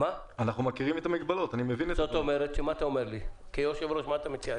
מה אתה אומר לי עכשיו?